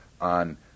on